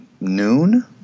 noon